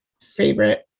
favorite